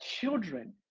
children